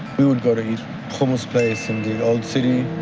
we would go to this hummus place in the old city.